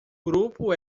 grupo